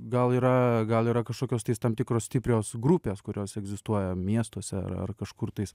gal yra gal yra kažkokios tais tam tikros stiprios grupės kurios egzistuoja miestuose ar kažkur tais